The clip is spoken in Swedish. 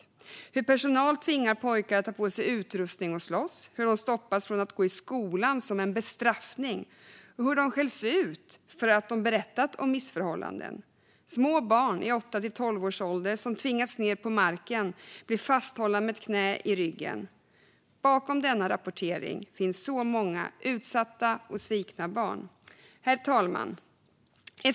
De berättar om hur personal tvingar pojkar att ta på sig utrustning och slåss, hur de stoppas från att gå i skolan som bestraffning och hur de skälls ut för att de berättat om missförhållanden. Små barn i åtta till tolv års ålder tvingas ned på marken och blir fasthållna med ett knä i ryggen. Bakom denna rapportering finns så många utsatta och svikna barn. Herr talman!